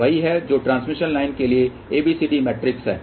तो यह वही है जो ट्रांसमिशन लाइन के लिए ABCD मैट्रिक्स है